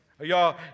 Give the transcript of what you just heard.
Y'all